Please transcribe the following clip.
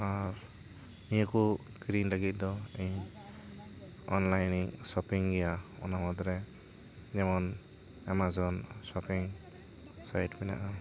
ᱟᱨ ᱱᱤᱭᱟᱹ ᱠᱚ ᱠᱤᱨᱤᱧ ᱞᱟᱹᱜᱤᱫ ᱫᱚ ᱤᱧ ᱚᱱᱞᱟᱭᱤᱱ ᱤᱧ ᱥᱳᱯᱤᱝ ᱜᱮᱭᱟ ᱚᱱᱟ ᱢᱩᱫᱽ ᱨᱮ ᱡᱮᱢᱚᱱ ᱟᱢᱟᱡᱚᱱ ᱥᱳᱯᱤᱝ ᱥᱟᱭᱤᱴ ᱢᱮᱱᱟᱜᱼᱟ